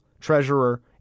Treasurer